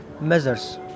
measures